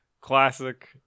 classic